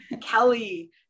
Kelly